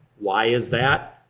why is that?